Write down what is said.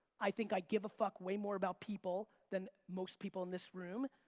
i think i give a fuck way more about people than most people in this room,